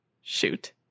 Shoot